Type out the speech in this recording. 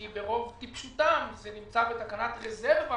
כי ברוב טיפשותם זה נמצא בתקנת רזרבה.